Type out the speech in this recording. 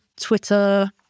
Twitter